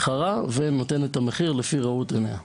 ותחרותי וכל חברה יכולה לקבוע מחיר לפי ראות עיניה.